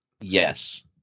yes